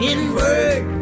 Inward